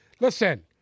listen